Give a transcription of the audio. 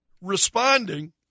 responding